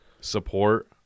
support